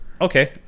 okay